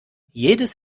jedes